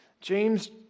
James